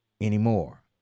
anymore